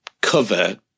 cover